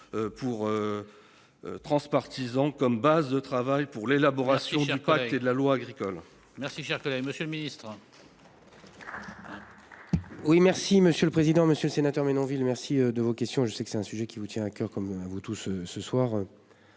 Pour. Transpartisan comme base de travail pour l'élaboration un et de la loi agricole. Merci, cher collègue, Monsieur le Ministre. Hein. Oui, merci Monsieur. Le président, Monsieur le Sénateur Menonville. Merci de vos questions. Je sais que c'est un sujet qui vous tient à coeur comme à vous tous ce soir.